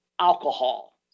alcohol